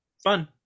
Fun